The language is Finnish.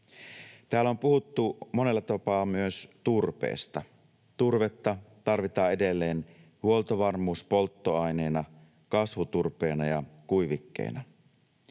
Täällä on puhuttu monella tapaa myös turpeesta. Turvetta tarvitaan edelleen huoltovarmuuspolttoaineena, kasvuturpeena ja kuivikkeena.